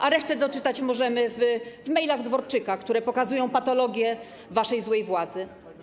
A resztę doczytać możemy w mailach Dworczyka, które pokazują patologię waszej złej władzy.